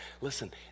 listen